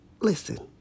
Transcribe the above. Listen